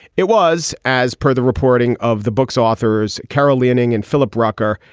it was as per the reporting of the book's authors, carol leaning and philip rucker.